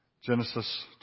Genesis